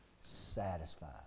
Satisfied